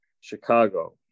Chicago